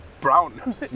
brown